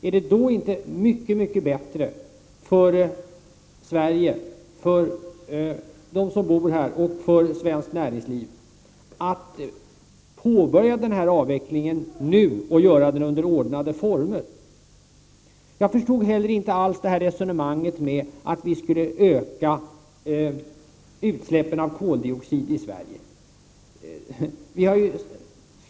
Är det inte mycket bättre för Sverige, för oss som bor här och för svenskt näringsliv, att påbörja avvecklingen nu och göra den under ordnade former? Jag förstod inte alls resonemanget om att vi skulle öka utsläppen av koldioxid i Sverige.